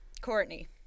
Courtney